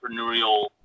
entrepreneurial